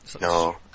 No